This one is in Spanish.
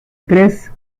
tres